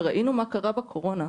שראינו מה קרה בקורונה,